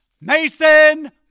Mason